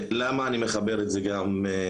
ולמה אני מחבר את זה גם אלינו?